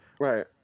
Right